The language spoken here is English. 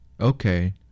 Okay